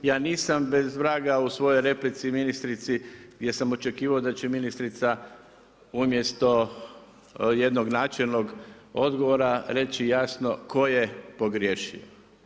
Ja nisam bez vraga u svojoj replici ministrici, gdje sam očekivao da će ministrica umjesto jednog načelnog odgovora reći jasno tko je pogriješio.